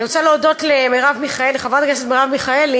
אני רוצה להודות לחברת הכנסת מרב מיכאלי.